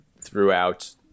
throughout